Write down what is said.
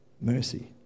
mercy